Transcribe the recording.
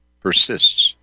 persists